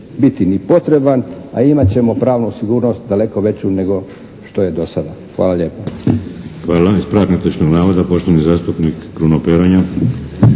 biti ni potreban, a imati ćemo pravnu sigurnost daleko veću nego što je do sada. Hvala lijepo.